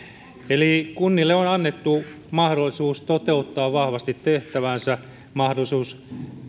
kunnille on annettu mahdollisuus toteuttaa vahvasti tehtäväänsä mahdollisuus